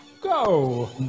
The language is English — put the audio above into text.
Go